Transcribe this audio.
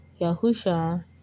Yahusha